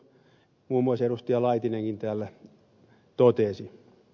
laitinenkin täällä totesi